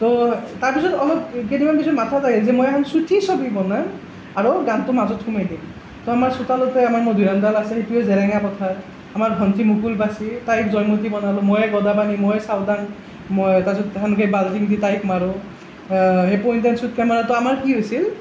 তো তাৰ পিছত অলপ কেইদিনমান পিছত মাথাত আহিল যে মই এখন ছুটি ছবি বনাম আৰু গানটো মাজত সোমাই দিম তো আমাৰ চোতালতে আমাৰ মধুৰি আমডাল আছিল সেইটোৱে জেৰেঙা পথাৰ আমাৰ ভণ্টীক মুকুল পাইছিল তাইক জয়মতী বনালোঁ ময়ে গদাপাণি ময়ে চাউদাং ময়ে তাৰ পিছত সেনেকৈ বাল্টিং দি তাইক মাৰোঁ সেই পইণ্টে এন শ্বুট কেমেৰাটো আমাৰ কি হৈছিল